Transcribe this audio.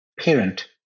parent